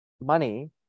money